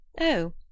Oh